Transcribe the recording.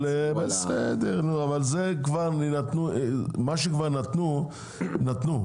בסדר אבל מה שכבר נתנו, נתנו.